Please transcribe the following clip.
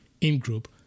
in-group